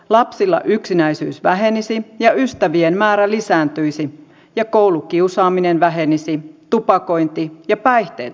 lapsilla yksinäisyys vähenisi ja ystävien määrä lisääntyisi ja koulukiusaaminen vähenisi ja tupakointi ja päihteet vähenisivät